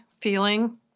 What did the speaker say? feeling